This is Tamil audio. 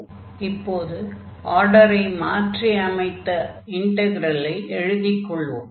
ஆகையால் இப்போது ஆர்டரை மாற்றி அமைத்த இன்டக்ரலை எழுதிக் கொள்வோம்